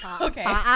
okay